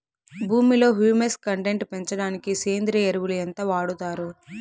భూమిలో humus content పెంచడానికి సేంద్రియ ఎరువు ఎంత వాడుతారు